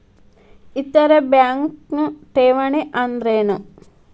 ಇತರ ಬ್ಯಾಂಕ್ನ ಠೇವಣಿ ಅನ್ದರೇನು?